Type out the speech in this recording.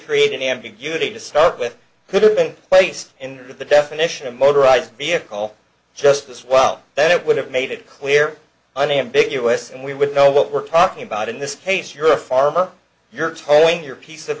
create an ambiguity to start with could have been placed in the definition of motorized vehicle just this while then it would have made it clear unambiguous and we would know what we're talking about in this case you're a farmer you're towing your piece of